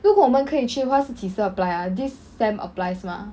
如果我们可以去的话是几时 apply ah this sem apply 是吗